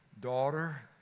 Daughter